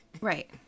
Right